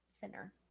thinner